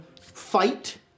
fight